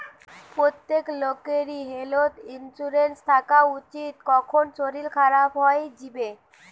প্রত্যেক লোকেরই health insurance থাকা উচিত, কখন শরীর খারাপ হই যিবে